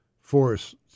force